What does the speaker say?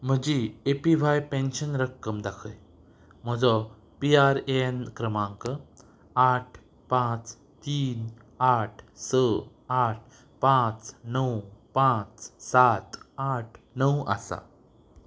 म्हजी A P Y pension रक्कम दाखय म्हजो पी आर ए एन क्रमांक आठ पांच तीन आठ स आठ पांच णव पांच सात आठ णव आसा